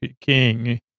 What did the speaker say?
king